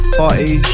party